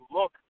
look